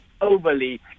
overly